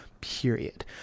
period